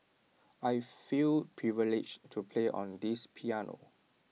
I feel privileged to play on this piano